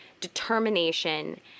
determination